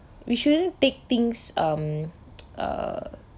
we shouldn't take things um err